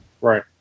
Right